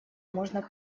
можно